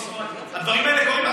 הדברים האלה קורים.